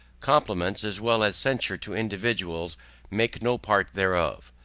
compliments as well as censure to individuals make no part thereof.